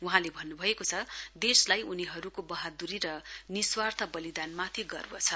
वहाँले भन्नुभएको छ देशलाई उनीहरूको बहादूरी र निस्वार्थ बलिदानमाथि गर्व छ